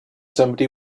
somebody